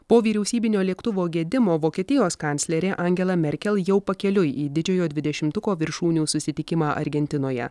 po vyriausybinio lėktuvo gedimo vokietijos kanclerė angela merkel jau pakeliui į didžiojo dvidešimtuko viršūnių susitikimą argentinoje